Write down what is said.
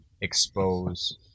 expose